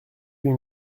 huit